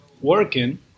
working